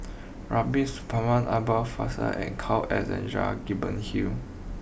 Rubiah Suparman father and Carl Alexander Gibson Hill